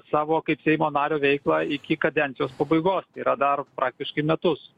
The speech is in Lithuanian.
savo kaip seimo nario veiklą iki kadencijos pabaigos tai yra dar praktiškai metus